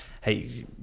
hey